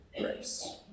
grace